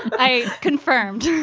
i confirmed